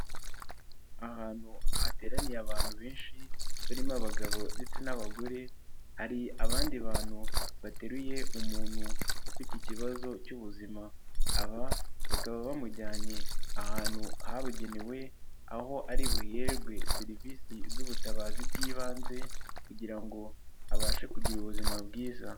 hAantu hateraniye abantu benshi barimo abagabo ndetse n'abagore, hari abandi bantu bateruye umuntu ufite ikibazo cy'ubuzima, aba bakaba bamujyanye ahantu habugenewe, aho ari buherwe serivisi z'ubutabazi bw'ibanze kugira ngo abashe kugira ubuzima bwiza.